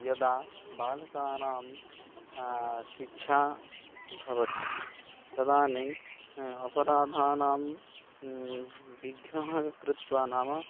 यदा बालकानां शिक्षा भवति तदानीम् अपराधानां विघ्नः कृत्वा नाम